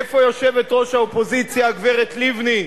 איפה יושבת-ראש האופוזיציה, הגברת לבני,